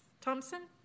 Thompson